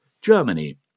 Germany